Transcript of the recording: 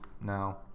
No